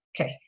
Okay